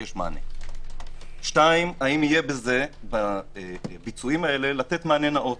יש מענה, שתיים, האם יהיה בזה לתת מענה נאות.